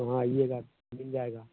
वहाँ आइएगा मिल जाएगा